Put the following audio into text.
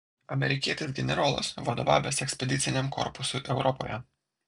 amerikietis generolas vadovavęs ekspediciniam korpusui europoje